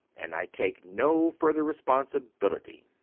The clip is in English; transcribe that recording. and i take no further responsibility.